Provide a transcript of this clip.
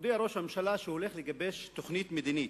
הודיע ראש הממשלה שהוא הולך לגבש תוכנית מדינית.